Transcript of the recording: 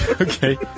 Okay